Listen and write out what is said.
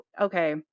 okay